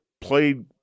played